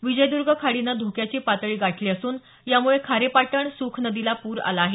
विजयदर्ग खाडीने धोक्याची पातळी गाठली असून यामुळे खारेपाटण सुख नदीला पूर आला आहे